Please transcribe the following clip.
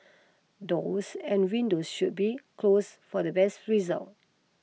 doors and windows should be close for the best result